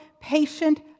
patient